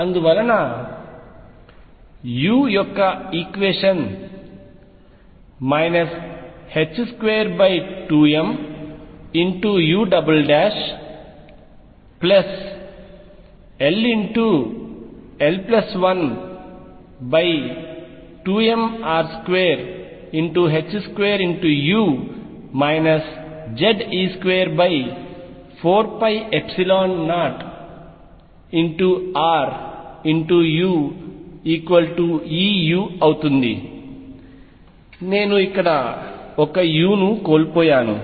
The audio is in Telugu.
అందువలన u యొక్క ఈక్వేషన్ 22mull122mr2u Ze24π0ruEu అవుతుంది నేను ఇక్కడ ఒక u ను కోల్పోయాను